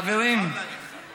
אני חייב להגיד לך.